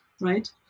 right